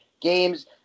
games